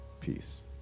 Peace